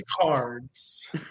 cards